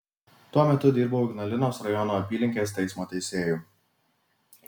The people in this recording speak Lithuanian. tuo metu dirbau ignalinos rajono apylinkės teismo teisėju